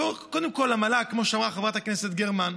קודם כול המל"ג, כמו שאמרה חברת הכנסת גרמן,